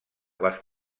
les